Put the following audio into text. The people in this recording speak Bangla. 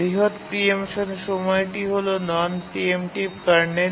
বৃহত প্রিএম্পশন সময়টি হল নন প্রিএম্পটিভ কার্নেল